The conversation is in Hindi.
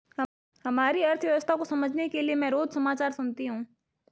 हमारी अर्थव्यवस्था को समझने के लिए मैं रोज समाचार सुनती हूँ